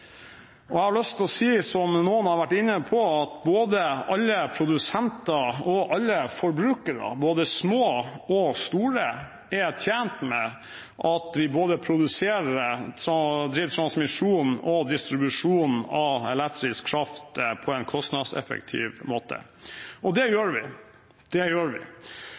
Jeg har lyst å si, som noen har vært inne på, at både alle produsenter og alle forbrukere, små og store, er tjent med at vi både produserer og driver transmisjon og distribusjon av elektrisk kraft på en kostnadseffektiv måte – og det gjør vi.